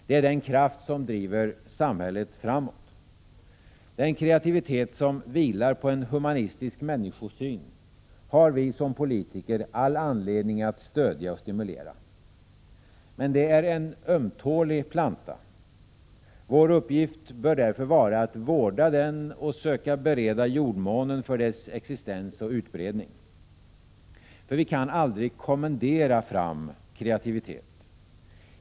Det är den kraft som driver samhället framåt. Den kreativitet som vilar på en humanistisk människosyn har vi som politiker all anledning att stödja och stimulera. Det är en ömtålig planta. Vår uppgift bör vara att vårda den och söka bereda jordmånen för dess existens och utbredning. För vi kan aldrig kommendera fram kreativitet.